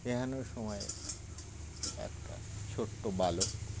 এখানোর সময় একটা ছোট্ট বালক